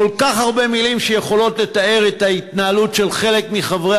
כל כך הרבה מילים שיכולות לתאר את ההתנהלות של חלק מחברי